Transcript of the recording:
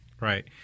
right